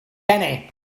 kenny